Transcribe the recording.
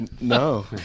No